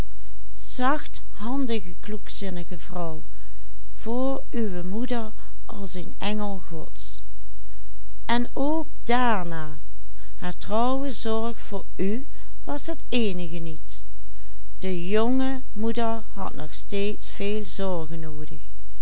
uwe moeder als een engel gods en ook daarna haar trouwe zorg voor u was het eenige niet de jonge moeder had nog steeds veel zorgen noodig